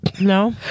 No